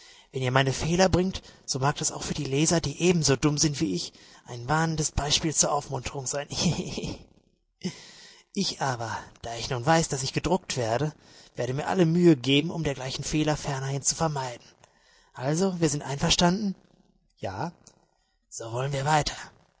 wenn ihr meine fehler bringt so mag das für die leser die ebenso dumm sind wie ich bin ein warnendes beispiel zur aufmunterung sein hihihihi ich aber da ich nun weiß daß ich gedruckt werde werde mir alle mühe geben um dergleichen fehler fernerhin zu vermeiden also wir sind einverstanden ja so wollen wir weiter